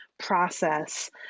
process